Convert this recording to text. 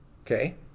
okay